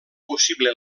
possible